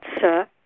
sir